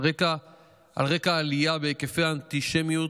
על רקע העלייה בהיקפי האנטישמיות,